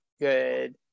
good